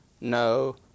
no